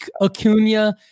Acuna